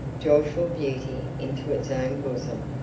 joyful beauty into its own bosom.